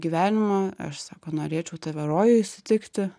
gyvenimą aš sako norėčiau tave rojuj sutikti